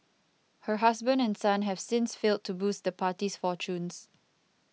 her husband and son have since failed to boost the party's fortunes